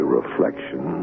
reflection